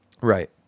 right